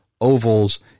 ovals